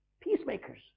Peacemakers